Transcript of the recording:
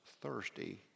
thirsty